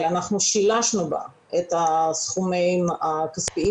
אבל אנחנו שילשנו בה את הסכומים הכספיים